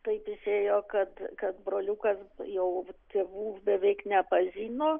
taip išėjo kad kad broliukas jau tėvų beveik nepažino